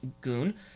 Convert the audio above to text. Goon